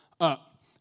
up